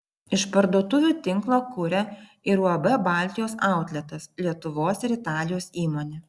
išparduotuvių tinklą kuria ir uab baltijos autletas lietuvos ir italijos įmonė